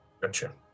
Gotcha